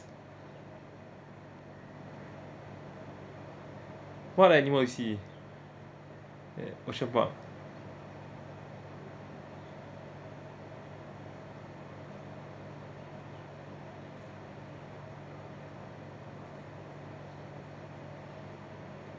what animal is he yeah ocean pup